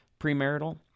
premarital